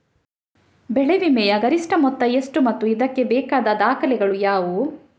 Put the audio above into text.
ಬೆಳೆ ವಿಮೆಯ ಗರಿಷ್ಠ ಮೊತ್ತ ಎಷ್ಟು ಮತ್ತು ಇದಕ್ಕೆ ಬೇಕಾದ ದಾಖಲೆಗಳು ಯಾವುವು?